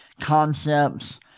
concepts